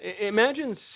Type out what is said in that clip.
Imagine